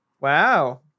Wow